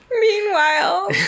Meanwhile